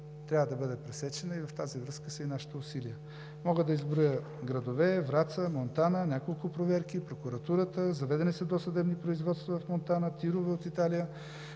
трябва да бъде пресечена и в тази връзка са нашите усилия. Мога да изброя градове – Враца; Монтана – няколко проверки; прокуратурата; заведени са досъдебни производства в Монтана, тирове от Италия;